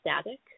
static